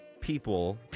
people